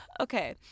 Okay